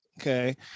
Okay